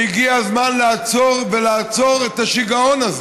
והגיע הזמן לעצור את השיגעון הזה.